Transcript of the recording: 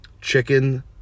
chicken